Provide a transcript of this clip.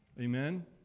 Amen